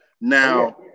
now